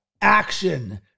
action